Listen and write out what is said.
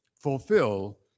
fulfill